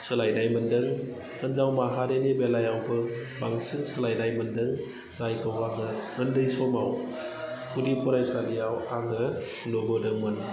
सोलायनाय मोनदों हिनजाव माहारिनि बेलायावबो बांसिन सोलायनाय मोनदों जायखौ आङो उन्दै समाव गुदि फरायसालियाव आङो नुबोदोंमोन